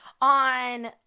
On